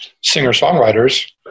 singer-songwriters